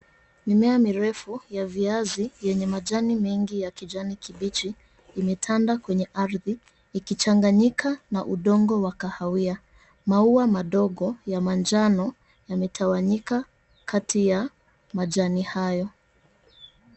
Mimea mirefu ya viazi yenye majani mengi ya kijani kibichi imetanda kwenye ardhi ikichanganyika na udongo wa kahawia. Maua madogo ya manjano yametawanyika kati ya majani hayo.